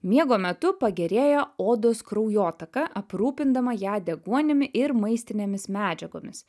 miego metu pagerėja odos kraujotaka aprūpindama ją deguonimi ir maistinėmis medžiagomis